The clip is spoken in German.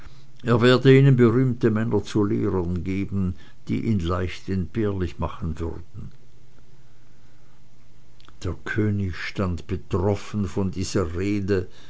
er werde ihnen berühmte männer zu lehrern geben die ihn leicht entbehrlich machen würden der könig stand betroffen von dieser rede